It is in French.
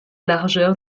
largeur